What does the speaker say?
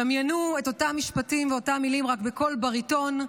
דמיינו את אותם משפטים ואותן מילים רק בקול בריטון,